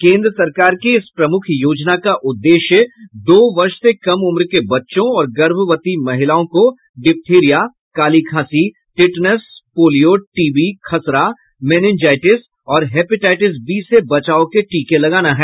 केन्द्र सरकार की इस प्रमुख योजना का उद्देश्य दो वर्ष से कम उम्र के बच्चों और गर्भवती महिलाओं को डिप्थिरिया काली खांसी टिटनेस पोलियो टीबी खसरा मेनिनजाइटिस और हेपेटाइटिस बी से बचाव के टीके लगाना है